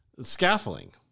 scaffolding